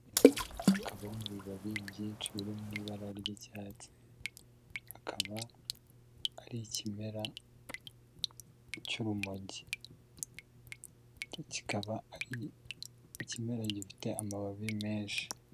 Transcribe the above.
Akaba ari ibibabi byinshi biri mu ibara ry'icyatsi. Akaba ari ikimera cy'urumogi, kikaba ari ikimera gifite amababi menshi.